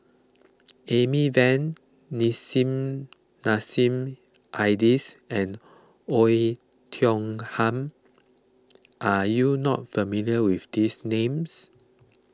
Amy Van Nissim Nassim Adis and Oei Tiong Ham are you not familiar with these names